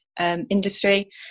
industry